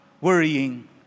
worrying